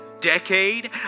decade